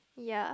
ya